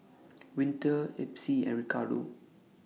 Winter Epsie and Ricardo